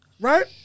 Right